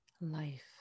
Life